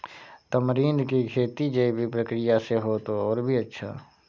tamarind की खेती जैविक प्रक्रिया से हो तो और भी अच्छा